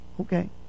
Okay